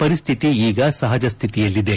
ಪರಿಸ್ತಿತಿ ಈಗ ಸಹಜ ಸ್ಥಿತಿಯಲ್ಲಿದೆ